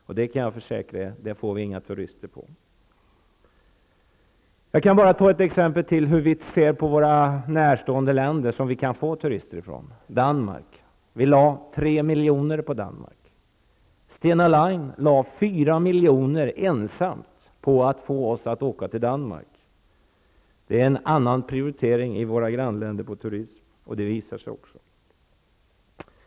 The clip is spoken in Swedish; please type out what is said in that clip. Jag kan försäkra er att på det sättet får vi inga turister. Jag vill bara ta upp Danmark som exempel på hur vi ser på näraliggande länder som vi kan få turister ifrån. Man satsade 3 milj.kr. på Danmark. Stena Line satsade ensamt 4 milj.kr. på att få svenskar att åka till Danmark. Våra grannländer har en annan prioritering när det gäller turism, och det ger också resultat.